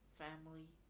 family